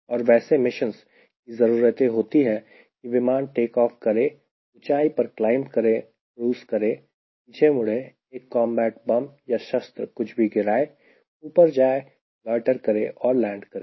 और वैसे मिशंस की जरूरते होती है की विमान टेक ऑफ करें ऊंचाई पर क्लाइंब करें क्रूज़ करें पीछे मुड़े एक कॉम्बैट बम या शस्त्र कुछ भी गिराए ऊपर जाएं लोयटर करें और लैंड करें